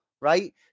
right